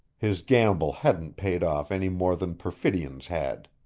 his gamble hadn't paid off any more than perfidion's had.